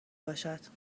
باشد